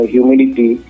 Humidity